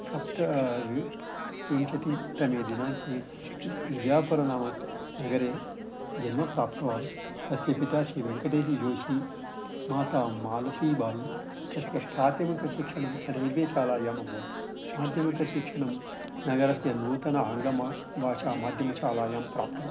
सप्त विंशतितमे दिनाङ्के विजापुरनामनगरे जन्म प्राप्तवान् तस्य पिता श्रि वेङ्कटेश जोषि माता मालतीबायि तस्य प्राथमिकशिक्षणं सः रेल्वेशालायाम् अभवत् माध्यमिकशिक्षणं नगरस्य नूतन आङ्गलमा भाषामाध्यमशालायां प्राप्तवान्